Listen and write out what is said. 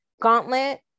gauntlet